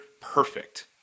perfect